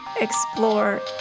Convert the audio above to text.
explore